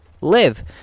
live